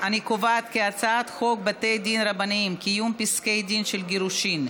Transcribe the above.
את הצעת חוק בתי דין רבניים (קיום פסקי דין של גירושין)